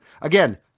Again